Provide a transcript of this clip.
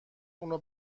اونو